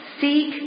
seek